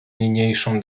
niniejszą